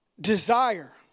Desire